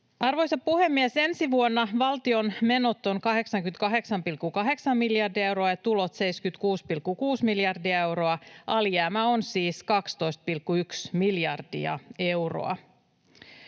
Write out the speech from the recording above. Arvoisa puhemies! Ensi vuonna valtion menot ovat 88,8 miljardia euroa ja tulot 76,6 miljardia euroa. Alijäämä on siis 12,1 miljardia euroa.